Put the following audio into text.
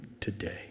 today